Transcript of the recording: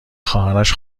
خواهرش